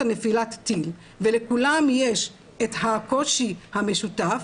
נפילת הטיל ולכולם יש את הקושי המשותף,